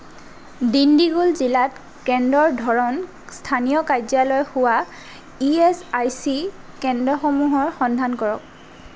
ডিণ্ডিগুল জিলাত কেন্দ্ৰৰ ধৰণ স্থানীয় কাৰ্যালয় হোৱা ই এচ আই চি কেন্দ্ৰসমূহৰ সন্ধান কৰক